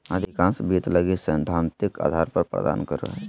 अधिकांश वित्त लगी सैद्धांतिक आधार प्रदान करो हइ